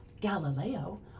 Galileo